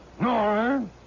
No